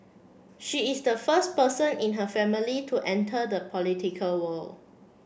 she is the first person in her family to enter the political world